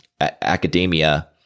academia